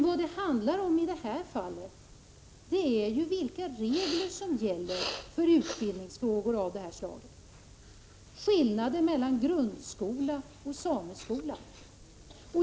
Vad det handlar om i detta fall är vilka regler som gäller för utbildningsfrågor av detta slag, och det handlar om skillnaden mellan grundskola och sameskola.